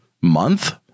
month